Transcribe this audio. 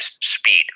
speed